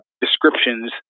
descriptions